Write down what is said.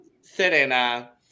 Serena